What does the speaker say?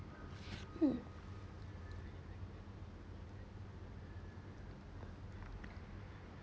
mm